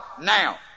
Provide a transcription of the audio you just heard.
now